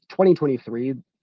2023